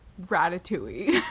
Ratatouille